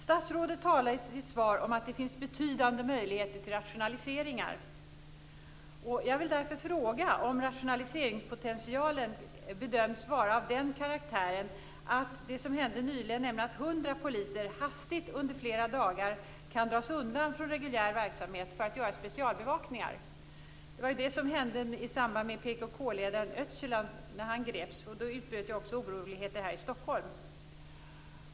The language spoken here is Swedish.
Statsrådet talar i sitt svar om att det finns betydande möjligheter till rationaliseringar. Jag vill därför fråga om rationaliseringspotentialen bedöms vara av den karaktären att man ändå klarar något sådant som hände nyligen, nämligen att hundra poliser hastigt under flera dagar drogs undan från reguljär verksamhet för att göra specialbevakningar. Det var det som hände när PKK-ledaren Öcalan greps. Då utbröt ju också oroligheter här i Stockholm.